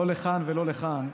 לא לכאן ולא כאן,